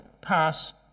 pass